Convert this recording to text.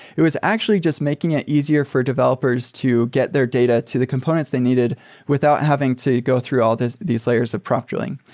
it was actually just making it easier for developers to get their data to the components they needed without having to go through all these layers of prop drilling.